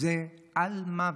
זה אל-מוות.